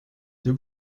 the